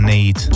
Need